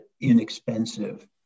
inexpensive